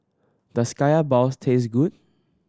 does Kaya balls taste good